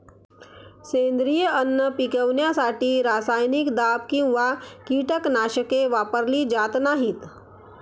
सेंद्रिय अन्न पिकवण्यासाठी रासायनिक दाब किंवा कीटकनाशके वापरली जात नाहीत